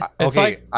okay